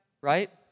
right